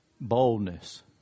Boldness